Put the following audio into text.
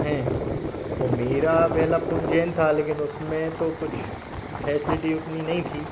हैं और मेरा पहला फोन जैन था लेकिन उसमें तो कुछ फेसलिटी उतनी नहीं थी